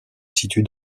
situe